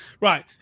Right